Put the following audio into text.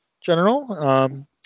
General